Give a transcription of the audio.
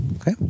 Okay